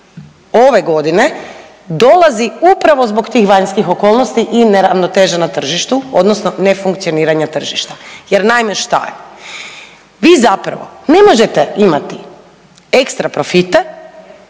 ove godine dolazi upravo zbog tih vanjskih okolnosti i neravnoteže na tržištu odnosno nefunkcioniranja tržišta jer naime šta je? Vi zapravo ne možete imati ekstra profite